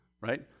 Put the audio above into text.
right